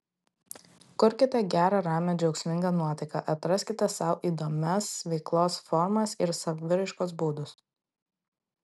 kurkite gerą ramią džiaugsmingą nuotaiką atraskite sau įdomias veiklos formas ir saviraiškos būdus